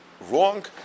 wrong